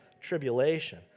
tribulation